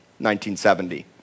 1970